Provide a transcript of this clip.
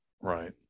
right